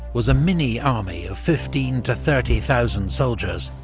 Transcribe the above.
was a mini-army of fifteen to thirty thousand soldiers,